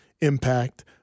impact